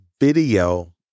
video